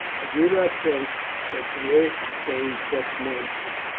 i did not think that the earth contained such monsters.